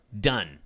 Done